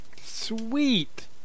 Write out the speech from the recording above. Sweet